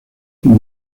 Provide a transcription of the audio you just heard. como